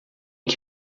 que